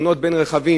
תאונות בין רכבים.